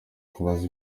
kubabaza